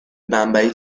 بمبئی